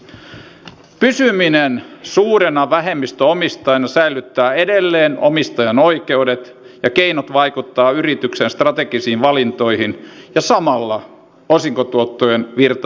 pysyminen suurena vähemmistöomistajana säilyttää edelleen omistajan oikeudet ja keinot vaikuttaa yrityksen strategisiin valintoihin ja samalla osinkotuottojen virta voi jatkua